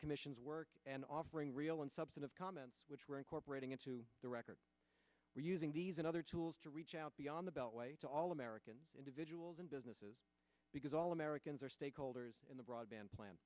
commission's work and offering real and substantive comments which we're incorporating into the record we're using these and other tools to reach out beyond the beltway to all americans individuals and businesses because all americans are stakeholders in the broadband plan